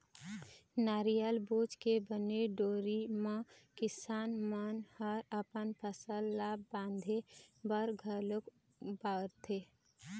नरियर बूच के बने डोरी म किसान मन ह अपन फसल ल बांधे बर घलोक बउरथे